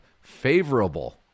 favorable